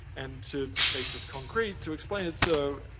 and to make this concrete, to explain so,